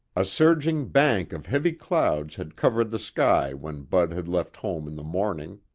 a surging bank of heavy clouds had covered the sky when bud had left home in the morning.